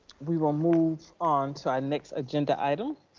we will move on to our next agenda item,